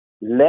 let